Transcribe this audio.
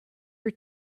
your